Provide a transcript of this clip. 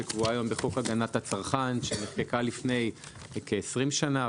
שקבועה היום בחוק הגנת הצרכן שנחקק לפני כ-20 שנה.